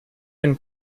own